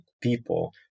people